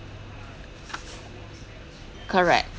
correct